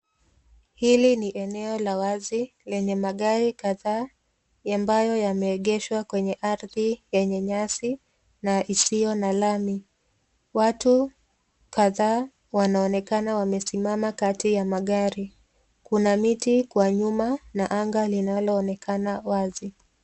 Hili ni eneo la wazi lenye magari kadha ambayo yameegeshwa kwenye ardhi yenye nyasi na isiyo na lami. Watu kadhaa wanaonekana wamesimama kati ya magari. Kuna miti kwa nyuma na anga linaloonekana wazi.